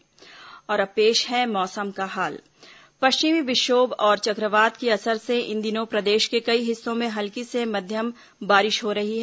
मौसम और अब पेश है मौसम का हाल पश्चिमी विक्षोभ और चक्रवात के असर से इन दिनों प्रदेश के कई हिस्सों में हल्की से मध्यम बारिश हो रही है